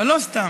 אבל לא סתם,